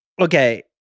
Okay